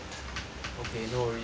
okay no worries